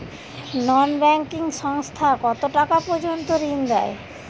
নন banking সংস্থা কতটাকা পর্যন্ত ঋণ দেয়?